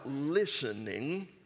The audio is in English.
listening